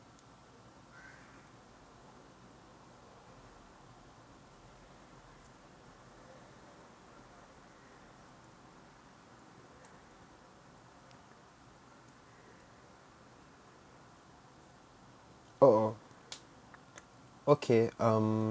oh oh okay um